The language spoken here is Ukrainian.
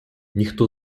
ніхто